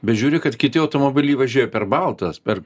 bet žiūriu kad kiti automobiliai važiuoja per baltas per